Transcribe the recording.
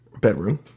bedroom